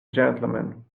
gentleman